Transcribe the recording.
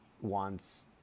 wants